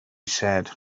said